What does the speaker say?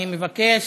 אני מבקש